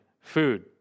food